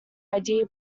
idea